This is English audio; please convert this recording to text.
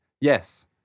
Yes